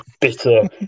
bitter